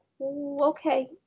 okay